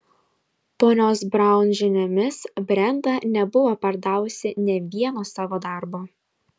ponios braun žiniomis brenda nebuvo pardavusi nė vieno savo darbo